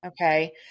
Okay